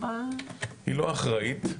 היא לא אחראית,